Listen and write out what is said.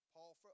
Paul